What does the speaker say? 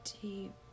deep